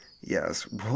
yes